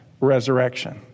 resurrection